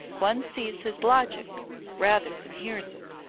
one sees his logic rather than hears it.